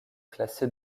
classé